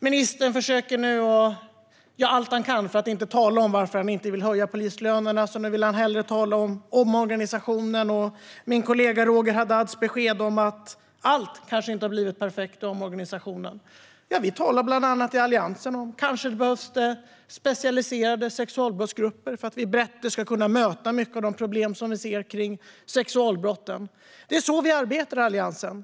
Ministern gör nu allt han kan för att inte tala om varför han inte vill höja polislönerna. Nu vill han hellre tala om omorganisationen och inte om min kollega Roger Haddads besked om att allt kanske inte har blivit perfekt i omorganisationen. Ja, vi talar i Alliansen bland annat om att det kanske behövs specialiserade sexualbrottsgrupper för att vi bättre ska kunna möta många av de problem som vi ser kring sexualbrotten. Det är så vi arbetar i Alliansen.